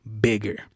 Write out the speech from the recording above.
bigger